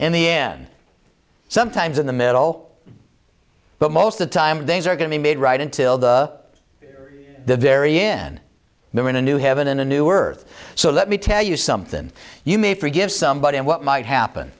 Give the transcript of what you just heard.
in the end sometimes in the middle but most the time things are going to be made right until the very end they're in a new heaven and a new earth so let me tell you something you may forgive somebody and what might happen